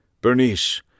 Bernice